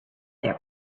their